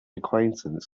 acquaintance